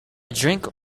drink